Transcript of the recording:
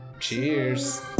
Cheers